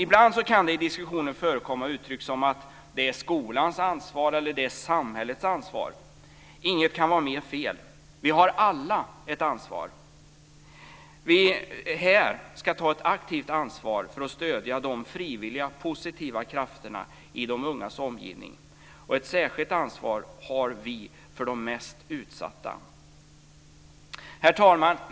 Ibland kan det i diskussionen förekomma uttryck som "det är skolans ansvar" eller "det är samhällets ansvar". Inget kan vara mer fel. Ett särskilt ansvar har vi för de mest utsatta. Herr talman!